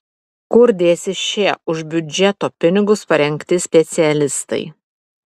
kur dėsis šie už biudžeto pinigus parengti specialistai